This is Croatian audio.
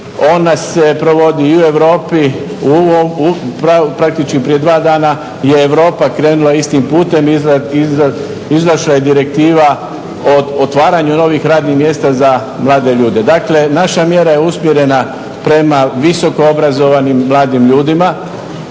ona se provodi i u Europi. Praktički prije dva dana je Europa krenula istim putem, izašla je Direktiva o otvaranju novih radnih mjesta za mlade ljude. Dakle naša mjera je usmjerena prema visoko obrazovanim mladim ljudima,